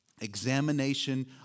examination